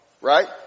Right